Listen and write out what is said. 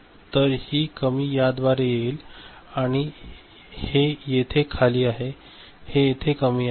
तर ही कमी याद्वारे येईल आणि हे येथे खाली आहे हे येथे कमी आहे